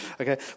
Okay